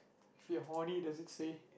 if you're horny does it say